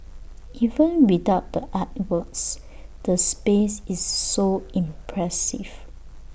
even without the artworks the space is so impressive